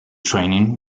training